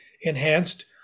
enhanced